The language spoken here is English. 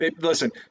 listen